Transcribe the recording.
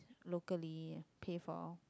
locally pay for